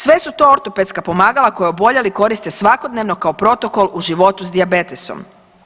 Sve su to ortopedska pomagala koje oboljeli koriste svakodnevno kao protokol u životu sa dijabetesom.